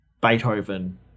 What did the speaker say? beethoven